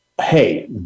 hey